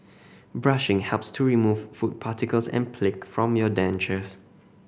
brushing helps to remove food particles and plaque from your dentures